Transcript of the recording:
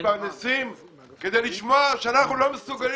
שמתפרנסים כדי לשמוע שאנחנו לא מסוגלים